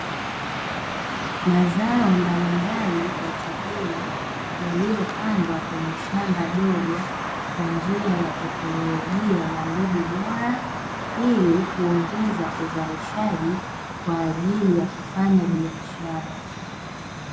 Mazao mbalimbali ya chakula, yaliyopandwa kwenye shamba dogo kwa njia ya teknolojia na mbegu bora, ili kuongeza uzalishaji kwa ajili ya kufanya biashara.